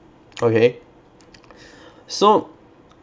okay so